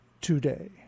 today